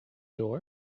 door